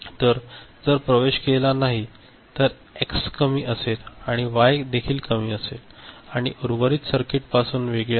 तर जर प्रवेश केला नसेल तर हा एक्स कमी असेल आणि वाय देखील कमी असेल आणि हे उर्वरित सर्किटपासून वेगळे आहे